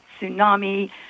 tsunami